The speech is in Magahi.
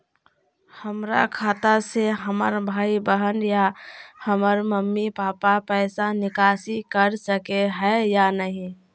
हमरा खाता से हमर भाई बहन या हमर मम्मी पापा पैसा निकासी कर सके है या नहीं?